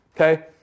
Okay